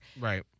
Right